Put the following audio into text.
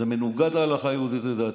זה מנוגד להלכה היהודית, לדעתי.